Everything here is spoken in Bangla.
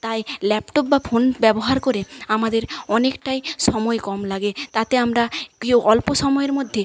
তাই ল্যাপটপ বা ফোন ব্যবহার করে আমাদের অনেকটাই সময় কম লাগে তাতে আমরা কি অল্প সময়ের মধ্যে